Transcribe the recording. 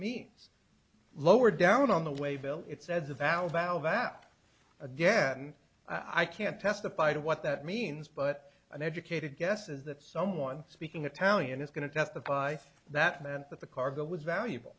means lower down on the way bill it said the valve valve app again i can't testify to what that means but an educated guess is that someone speaking italian is going to testify that meant that the cargo was valuable